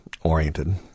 oriented